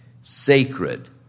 sacred